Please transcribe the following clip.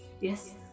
Yes